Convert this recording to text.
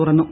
തുറന്നു